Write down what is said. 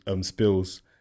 spills